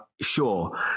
Sure